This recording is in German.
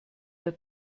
der